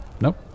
Nope